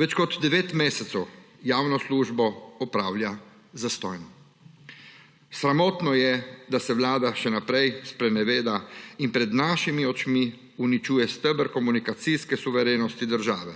Več kot 9 mesecev javno službo opravlja zastonj. Sramotno je, da se Vlada še naprej spreneveda in pred našimi očmi uničuje steber komunikacijske suverenosti države.